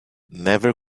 never